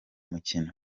mukino